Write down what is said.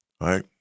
right